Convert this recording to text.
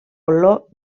olor